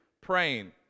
praying